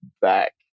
back